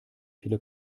viele